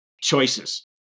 choices